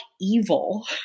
evil